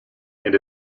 and